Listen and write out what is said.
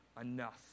enough